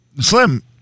Slim